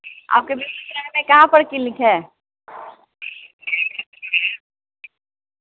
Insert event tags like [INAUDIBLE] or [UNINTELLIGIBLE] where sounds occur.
आपके [UNINTELLIGIBLE] में कहाँ कोई ठीक है